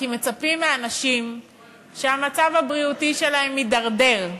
כי מצפים מאנשים שהמצב הבריאותי שלהם מידרדר,